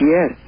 Yes